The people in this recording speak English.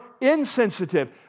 insensitive